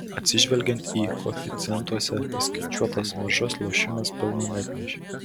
atsižvelgiant į koeficientuose įskaičiuotas maržas lošimas pelno neatnešė